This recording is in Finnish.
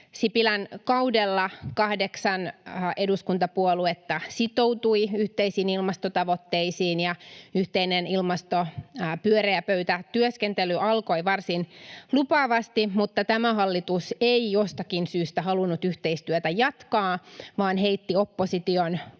Sipilän kaudella kahdeksan eduskuntapuoluetta sitoutui yhteisiin ilmastotavoitteisiin ja yhteinen ilmaston pyöreä pöytä -työskentely alkoi varsin lupaavasti, mutta tämä hallitus ei jostakin syystä halunnut yhteistyötä jatkaa, vaan heitti opposition ulos